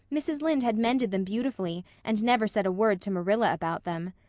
mrs. lynde had mended them beautifully and never said a word to marilla about them.